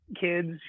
kids